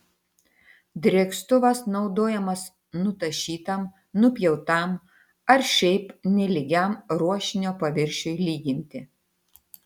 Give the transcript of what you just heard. drėkstuvas naudojamas nutašytam nupjautam ar šiaip nelygiam ruošinio paviršiui lyginti